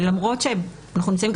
אנחנו נמצאים,